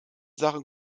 sachen